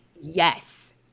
Yes